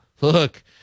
look